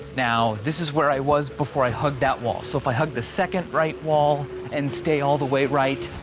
now this is where i was before i hugged that wall. so if i hug the second right wall and stay all the way right,